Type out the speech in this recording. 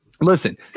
Listen